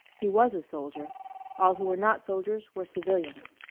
he was a soldier all who were not soldiers were civilians.